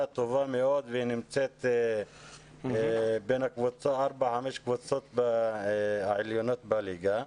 טובה מאוד ונמצאת בין 4-5 קבוצות העליונות בליגה.